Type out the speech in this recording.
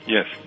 Yes